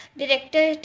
director